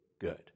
good